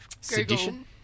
Sedition